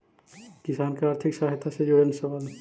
किसान के आर्थिक सहायता से जुड़ल सवाल?